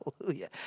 Hallelujah